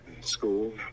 school